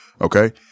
Okay